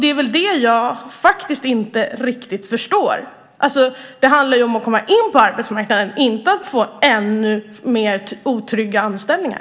Det är det som jag faktiskt inte riktigt förstår. Det handlar ju om att komma in på arbetsmarknaden, inte om att få ännu mer otrygga anställningar.